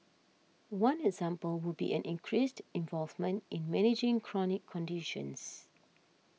one example would be an increased involvement in managing chronic conditions